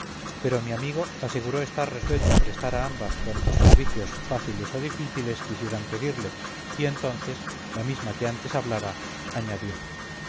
pero mi amigo aseguró estar resuelto a prestar a ambas cuantos servicios fáciles o difíciles quisieran pedirle y entonces la misma que antes hablara añadió